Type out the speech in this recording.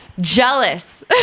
jealous